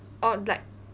oh like